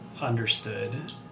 Understood